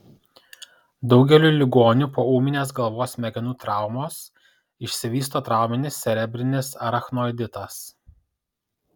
daugeliui ligonių po ūminės galvos smegenų traumos išsivysto trauminis cerebrinis arachnoiditas